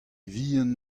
vihan